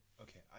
Okay